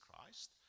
Christ